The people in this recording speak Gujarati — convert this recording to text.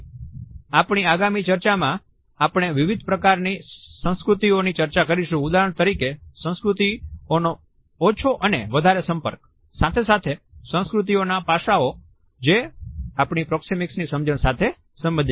આપણી આગામી ચર્ચામાં આપણે વિવિધ પ્રકારની સંસ્કૃતિઓની ચર્ચા કરશું ઉદાહરણ તરીકે સંસ્કૃતિઓનો ઓછો અને વધારે સંપર્ક સાથે સાથે સંસ્કૃતિઓના પાસાઓ જે આપણી પ્રોક્ષિમિક્સની સમજણ સાથે સંબંધિત છે